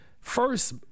first